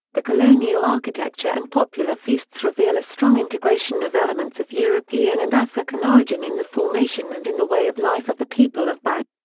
the colonial architecture and popular feasts reveal a strong integration of elements of european and african origin in the formation and in the way of life of the people of bahia.